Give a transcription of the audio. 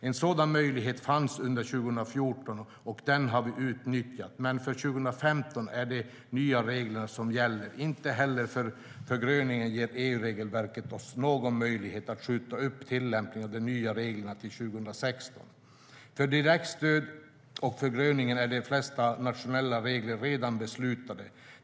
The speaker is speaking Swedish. En sådan möjlighet fanns under 2014, och den har vi utnyttjat, men för 2015 är det de nya reglerna som gäller. Inte heller för förgröningen ger EU-regelverket oss någon möjlighet att skjuta upp tillämpningen av de nya reglerna till 2016.För direktstödet och förgröningen är de flesta nationella regler redan beslutade.